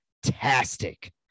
Fantastic